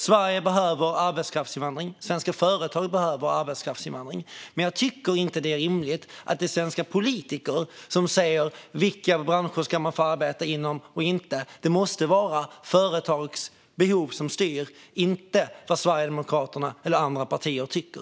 Sverige behöver arbetskraftsinvandring, och svenska företag behöver arbetskraftsinvandring. Jag tycker dock inte att det är rimligt att svenska politiker ska säga vilka branscher man får arbeta inom och inte. Det måste vara företagens behov som styr, inte vad Sverigedemokraterna eller andra partier tycker.